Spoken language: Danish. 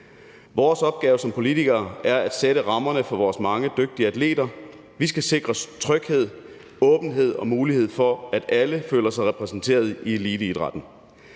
Vores opgave som politikere er at sætte rammerne for vores mange dygtige atleter. Vi skal sikre tryghed, åbenhed og mulighed for, at alle føler sig repræsenteret i eliteidrætten.